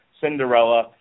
Cinderella